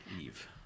Eve